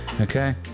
okay